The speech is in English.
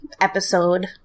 episode